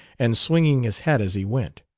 and swinging his hat as he went.